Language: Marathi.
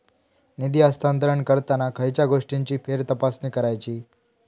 निधी हस्तांतरण करताना खयच्या गोष्टींची फेरतपासणी करायची?